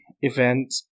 event